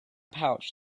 pouch